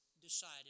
decided